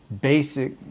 basic